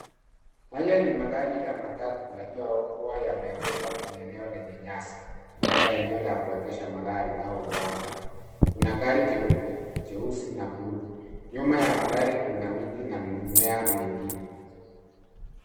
Haya ni magari ya matatu yaliyokuwa yameegeshwa kwenye eneo lenye nyasi labda eneo la kuegesha magari au uwanja, kuna gari jeupe, jeusi na blue , nyuma ya magari kuna miti na mimea mengine.